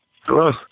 Hello